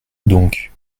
donc